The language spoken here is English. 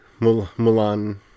Mulan